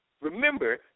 Remember